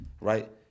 right